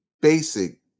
basic